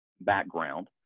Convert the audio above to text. background